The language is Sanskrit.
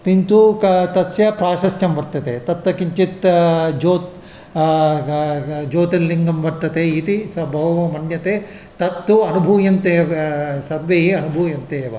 किन्तु क तस्य प्राशस्त्यं वर्तते तत्र किञ्चित् जो ज्योतिर्लिङ्गं वर्तते इति स बहवः मन्यते तत्तु अनुभूयन्ते सर्वे ये अनुभूयन्ते एव